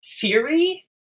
theory